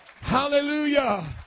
Hallelujah